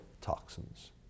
toxins